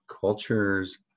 cultures